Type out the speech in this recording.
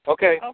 Okay